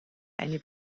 eine